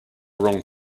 wrong